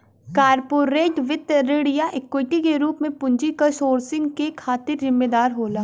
corporate वित्त ऋण या इक्विटी के रूप में पूंजी क सोर्सिंग के खातिर जिम्मेदार होला